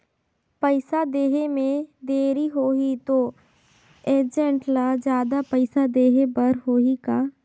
पइसा देहे मे देरी होही तो एजेंट ला जादा पइसा देही बर होही का?